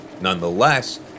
Nonetheless